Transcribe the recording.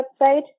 website